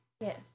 Yes